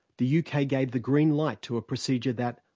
the yeah uk ah gave the green light to a procedure that,